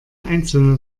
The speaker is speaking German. einzelne